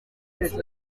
nzu